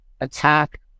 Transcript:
attack